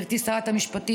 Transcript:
גברתי שרת המשפטים,